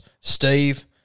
Steve